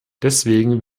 deswegen